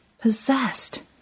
possessed